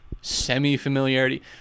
semi-familiarity